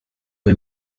had